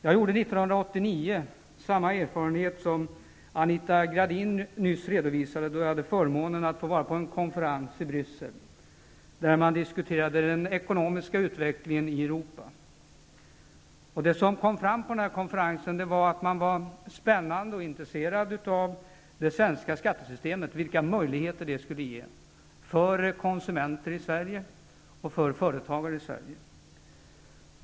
Jag gjorde 1989 samma erfarenhet som Anita Gradin nyss redovisade, då jag hade förmånen att få vara med på en konferens i Bryssel, där man diskuterade den ekonomiska utvecklingen i Europa. Det kom fram på den konferensen att man fann det svenska skattesystemet spännande och var intresserad av vilka möjligheter det skulle ge för konsumenter i Sverige och för företagare i Sverige.